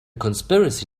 conspiracy